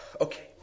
Okay